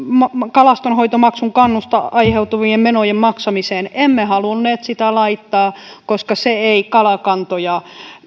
kalastonhoitomaksun kannosta aiheutuvien menojen maksamiseen emme halunneet sitä laittaa koska se ei kalakantoja